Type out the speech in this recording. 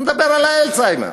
הוא מדבר על אלצהיימר.